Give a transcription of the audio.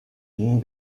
ihnen